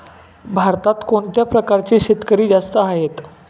भारतात कोणत्या प्रकारचे शेतकरी जास्त आहेत?